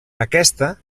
aquesta